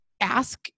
ask